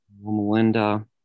Melinda